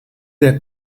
der